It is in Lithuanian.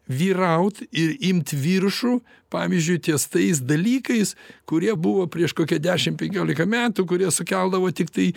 vyraut ir imt viršų pavyzdžiui ties tais dalykais kurie buvo prieš kokia dešim penkiolika metų kurie sukeldavo tiktai